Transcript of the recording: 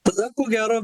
tada ko gero